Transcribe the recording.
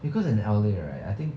because in L_A right I think